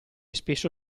spesso